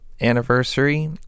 anniversary